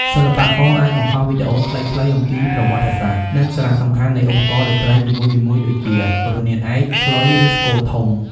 សិល្បករអាចបង្ហោះវីដេអូខ្លីៗអំពីប្រវត្តិសាស្រ្ត និងសារៈសំខាន់នៃឧបករណ៍តន្ត្រីនីមួយៗដូចជា រនាតឯក ខ្លុយ ឬស្គរធំ។